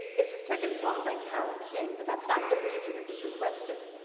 it's a second song by carole king, but that's not the reason it was requested.